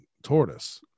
tortoise